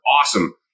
awesome